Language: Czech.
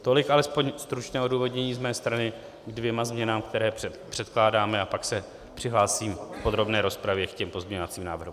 Tolik alespoň stručně odůvodnění z mé strany ke dvěma změnám, které předkládáme, a pak se přihlásím v podrobné rozpravě k těm pozměňovacím návrhům.